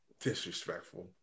disrespectful